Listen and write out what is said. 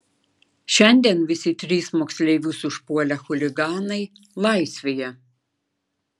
šiandien visi trys moksleivius užpuolę chuliganai laisvėje